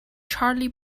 charlie